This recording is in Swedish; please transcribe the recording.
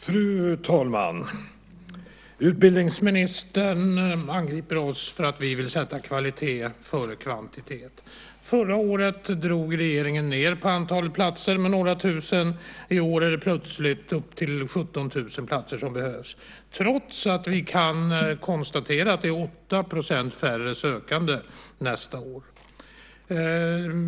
Fru talman! Utbildningsministern angriper oss för att vi vill sätta kvalitet före kvantitet. Förra året drog regeringen ned på antalet platser med några tusen. I år behövs plötsligt 17 000 platser, trots att vi kan konstatera att det är 8 % färre sökande nästa år.